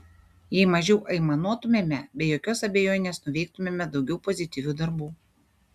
jei mažiau aimanuotumėme be jokios abejonės nuveiktumėme daugiau pozityvių darbų